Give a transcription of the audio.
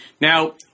Now